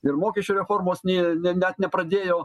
ir mokesčių reformos nė net nepradėjo